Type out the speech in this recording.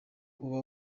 uba